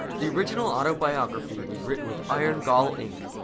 the original autobiography was written with iron gall ink.